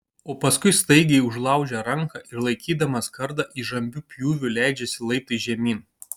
o paskui staigiai užlaužia ranką ir laikydamas kardą įžambiu pjūviu leidžiasi laiptais žemyn